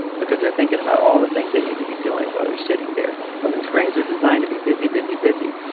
because they're thinking about all the things they need to be doing while they're sitting there. women's brains are designed to be busy, busy, busy.